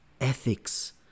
ethics